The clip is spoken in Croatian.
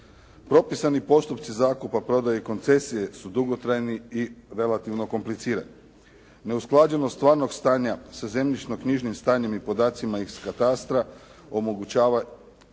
Propisani postupci zakupa, prodaje i koncesije su dugotrajni i relativno komplicirani. Neusklađenost stvarnog stanja sa zemljišno-knjižnim stanjem i podacima iz katastra omogućava i usporava